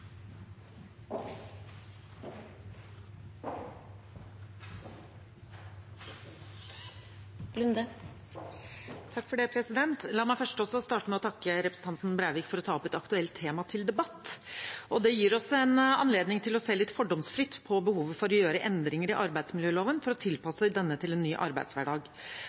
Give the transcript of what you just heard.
La meg også starte med å takke representanten Breivik for å ta opp et aktuelt tema til debatt. Det gir oss en anledning til å se litt fordomsfritt på behovet for å gjøre endringer i arbeidsmiljøloven for å tilpasse denne til en ny arbeidshverdag.